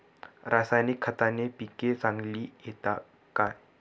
रासायनिक खताने पिके चांगली येतात का?